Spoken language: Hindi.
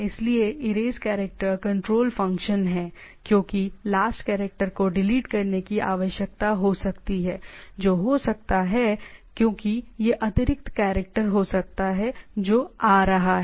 इसलिए इरेज़ कैरेक्टर कंट्रोल फंक्शन है क्योंकि लास्ट कैरेक्टर को डिलीट करने की आवश्यकता हो सकती है जो हो सकता है क्योंकि यह अतिरिक्त कैरेक्टर हो सकता है जो आ रहा है